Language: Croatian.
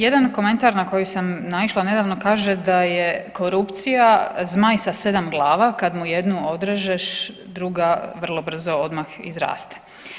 Jedan komentar na koji sam naišla nedavno kaže da je korupcija zmaj sa sedam glava, kad mu jednu odrežeš druga vrlo brzo odmah izraste.